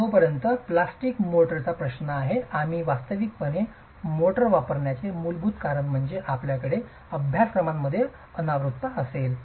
जोपर्यंत प्लॅस्टिक मोर्टारचा प्रश्न आहे आम्ही वास्तविकपणे मोर्टार वापरण्याचे मूल कारण म्हणजे आपल्याकडे अभ्यासक्रमांमध्ये अनावृत्तता असेल